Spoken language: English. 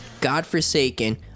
godforsaken